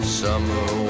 summer